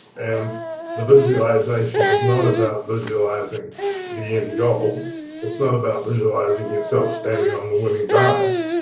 and the visualization is not about visualizing the end goal it's not about visualizing yourself standing on the winning dice,